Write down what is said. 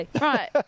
right